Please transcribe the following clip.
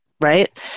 right